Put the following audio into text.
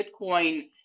Bitcoin